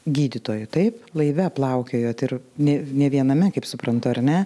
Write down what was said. gydytoju taip laive plaukiojot ir ne nė viename kaip suprantu ar ne